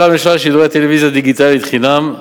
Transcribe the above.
בנוסף אישרה הממשלה שידורי טלוויזיה דיגיטלית חינם.